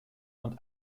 und